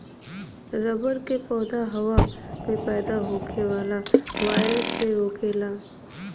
rubber क पौधा हवा में पैदा होखे वाला वायरस के रोकेला